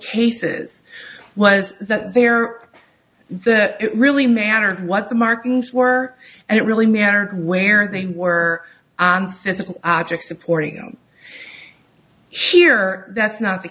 cases was that there that really matter what the markings were and it really matter where they were physical objects supporting here that's not the